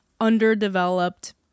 underdeveloped